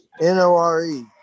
N-O-R-E